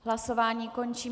Hlasování končím.